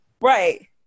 right